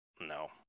No